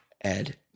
Ed